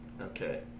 Okay